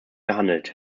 gehandelt